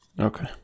Okay